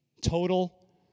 total